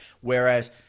whereas